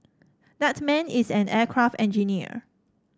that man is an aircraft engineer